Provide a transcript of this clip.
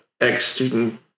ex-student